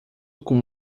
com